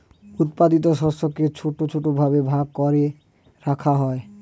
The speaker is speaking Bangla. উৎপাদিত শস্যকে ছোট ছোট ভাবে ভাগ করে রাখা হয়